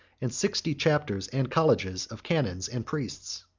and sixty chapters and colleges of canons and priests,